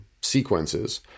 sequences